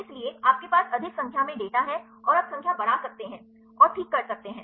इसलिए आपके पास अधिक संख्या में डेटा है और आप संख्या बढ़ा सकते हैं और ठीक कर सकते हैं